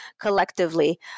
collectively